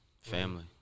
family